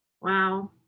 Wow